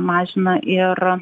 mažina ir